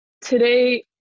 today